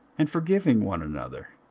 and forgiving one another,